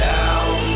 Down